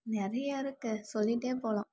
நிறையா இருக்குது சொல்லிட்டே போகலாம்